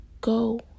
go